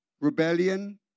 rebellion